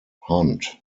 hunt